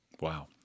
Wow